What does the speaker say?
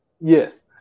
Yes